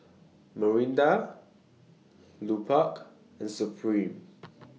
Mirinda Lupark and Supreme